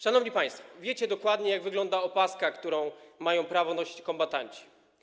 Szanowni państwo, wiecie dokładnie, jak wygląda opaska, którą mają prawo nosić kombatanci.